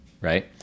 right